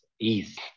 ease